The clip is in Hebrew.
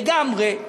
לגמרי.